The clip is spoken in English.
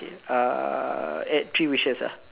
ah eh three wishes ah